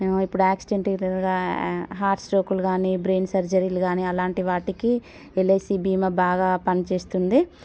ఇప్పుడు యాక్సిడెంటల్గా హార్ట్స్ట్రోక్లు కానీ బ్రెయిన్ సర్జరీలు కానీ అలాంటి వాటికి ఎల్ఐసీ బీమా బాగా పని చేస్తుంది